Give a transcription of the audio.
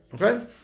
Okay